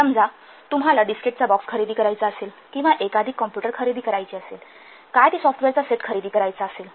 समजा तुम्हाला डिस्केटचा बॉक्स खरेदी करायचा असेल किंवा एकाधिक कॉम्प्युटर खरेदी करायचे असेल काय ते सॉफ्टवेअरचा सेट खरेदी करायचा असेल